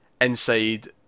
inside